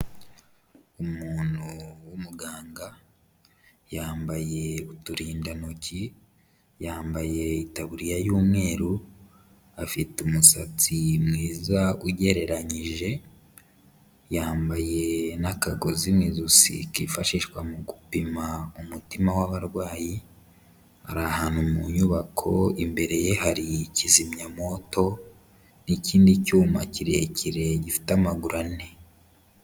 Umuntu w'umuganga yambaye uturindantoki, yambaye itaburiya y'umweru, afite umusatsi mwiza ugereranyije, yambaye n'akagozi mw'ijosi kifashishwa mu gupima umutima w'abarwayi ari ahantu mu nyubako imbere ye hari kizimyamoto n'ikindi cyuma kirekire gifite amaguru ane.